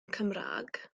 cymraeg